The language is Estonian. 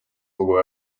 kogu